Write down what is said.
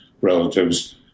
relatives